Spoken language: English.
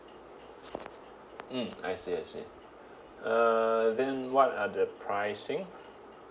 mm I see I see uh then what are the pricing